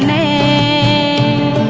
a